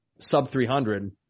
sub-300